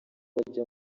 bajya